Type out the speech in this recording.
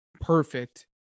Perfect